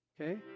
okay